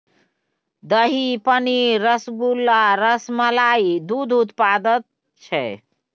दही, पनीर, रसगुल्ला आ रसमलाई दुग्ध उत्पाद छै